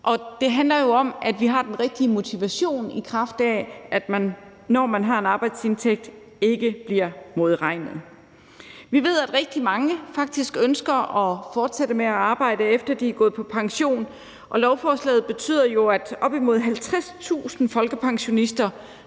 det handler jo om, at vi har den rigtige motivation, i kraft af at man, når man har en arbejdsindtægt, ikke bliver modregnet. Vi ved, at rigtig mange faktisk ønsker at fortsætte med at arbejde, efter at de er gået på pension, og lovforslaget betyder jo, at op imod 50.000 folkepensionister